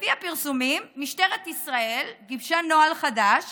לפי הפרסומים משטרת ישראל גיבשה נוהל חדש